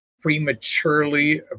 prematurely